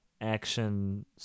action